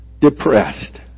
depressed